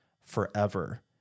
forever